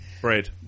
bread